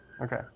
Okay